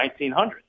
1900s